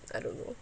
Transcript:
I don't know